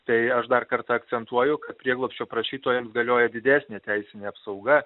tai aš dar kartą akcentuoju kad prieglobsčio prašytojams galioja didesnė teisinė apsauga